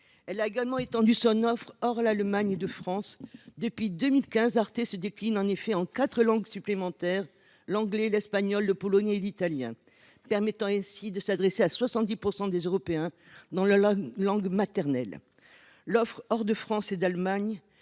chaîne a également étendu son offre en dehors de l’Allemagne et de la France. Depuis 2015, Arte se décline en effet en quatre langues supplémentaires : l’anglais, l’espagnol, le polonais et l’italien. Cette variété lui permet ainsi de s’adresser à 70 % des Européens dans leur langue maternelle. L’offre hors de France et d’Allemagne